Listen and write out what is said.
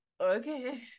Okay